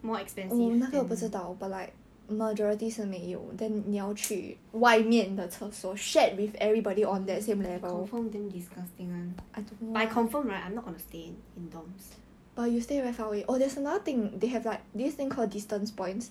more expensive then confirm damn disgusting [one] but I confirm right I'm not gonna stay in in dorms